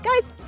Guys